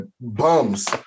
bums